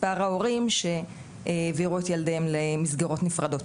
מספר ההורים שהעבירו את ילדיהם למסגרות נפרדות.